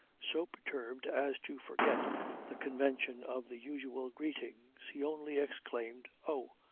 so perturbed as to forget the convention of the usual greetings. he only exclaimed oh!